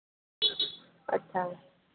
अच्छा